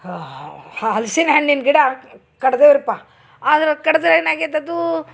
ಹ ಹಲ್ಸಿನ ಹಣ್ಣಿನ ಗಿಡ ಕಡ್ದೆರಪ್ಪ ಆದ್ರ ಕಡಿದರೆ ಏನಾಗೈತದೂ